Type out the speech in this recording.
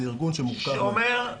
שאומר: